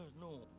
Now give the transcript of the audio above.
No